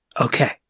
Okay